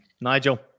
Nigel